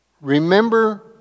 Remember